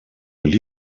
will